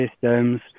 systems